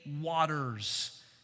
waters